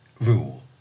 rule